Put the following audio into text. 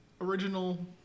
original